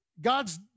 God's